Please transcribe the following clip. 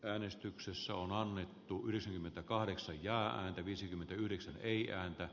äänestyksessä on annettu viisikymmentäkahdeksan ja viisikymmentäyhdeksän ei ääntä